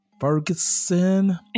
Ferguson